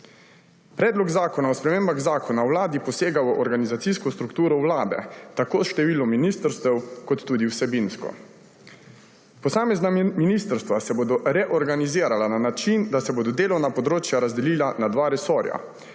Predlog zakona o spremembah Zakona o Vladi posega v organizacijsko strukturo vlade tako s številom ministrstev kot tudi vsebinsko. Posamezna ministrstva se bodo reorganizirala na način, da se bodo delovna področja razdelila na dva resorja.